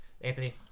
Anthony